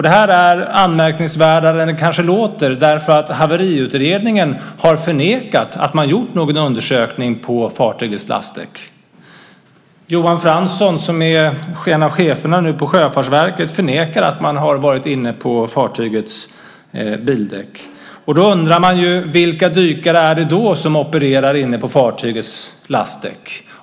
Det här är mer anmärkningsvärt än det kanske låter därför att haveriutredningen har förnekat att man gjort någon undersökning på fartygets lastdäck. Johan Franson, en av cheferna nu på Sjöfartsverket, förnekar att man har varit inne på fartygets bildäck. Då undrar man vilka dykare det är som opererar inne på fartygets lastdäck.